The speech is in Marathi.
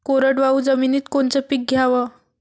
कोरडवाहू जमिनीत कोनचं पीक घ्याव?